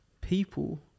people